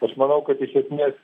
aš manau kad iš esmės